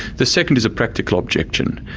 the second is a practical objection.